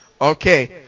Okay